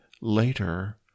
later